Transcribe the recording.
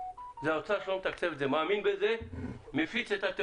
וזה האוצר שלא מתקצב את זה.